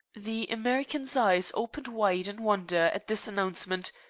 the american's eyes opened wide in wonder at this announcement,